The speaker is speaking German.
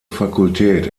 fakultät